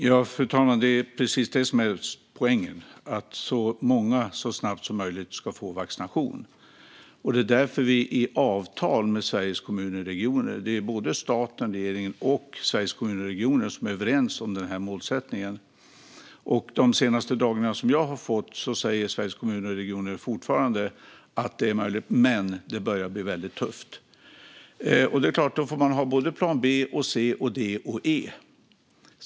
Fru talman! Det är precis detta som är poängen - att så många som möjligt så snabbt som möjligt ska få vaccination. Det är därför vi har avtal med Sveriges Kommuner och Regioner; staten, regeringen och Sveriges Kommuner och Regioner är överens om denna målsättning. Enligt den information jag fått de senaste dagarna säger Sveriges Kommuner och Regioner fortfarande att detta är möjligt men att det börjar bli väldigt tufft. Då får man ha både en plan B, en plan C, en plan D och en plan E.